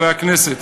חברי הכנסת,